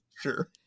sure